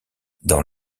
dans